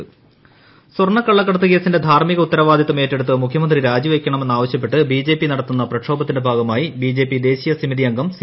BJP പ്രക്ഷോഭം കണ്ണൂർ സ്വർണക്കള്ളകടത്ത് കേസിന്റെ ധാർമിക ഉത്തരവാദിത്തം ഏറ്റെടുത്ത് മുഖ്യമന്ത്രി രാജിവെയ്ക്കണമെന്നാവശ്യപ്പെട്ട് ബിജെപി നടത്തുന്ന പ്രക്ഷോഭത്തിന്റെ ഭാഗമായി ബിജെപി ദേശീയ സമിതി അംഗം സി